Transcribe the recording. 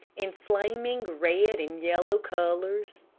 in flaming red and yellow colors.